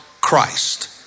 Christ